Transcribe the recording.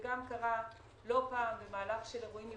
וקרה גם לא פעם במהלך של אירועי מלחמה,